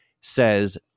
says